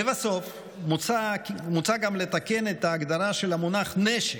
לבסוף, מוצע גם לתקן את ההגדרה של המונח "נשק"